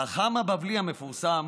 החכם הבבלי המפורסם